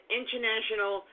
international